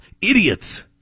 Idiots